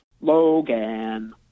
Logan